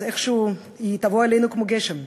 אז איכשהו היא תבוא עלינו כמו גשם,